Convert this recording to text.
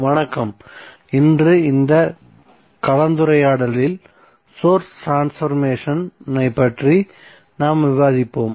வணக்கம் இன்று இந்த கலந்துரையாடலில் சோர்ஸ் ட்ரான்ஸ்பர்மேசன் ஐப் பற்றி நாம் விவாதிப்போம்